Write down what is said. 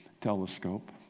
telescope